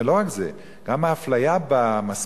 ולא רק זה, גם האפליה במשכורת.